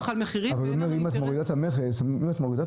על מחירים ואין לנו אינטרס --- אבל אם את מורידה את